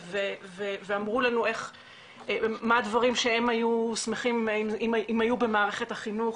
ואמרו לנו מה הדברים שהם היו שמחים אם היו במערכת החינוך.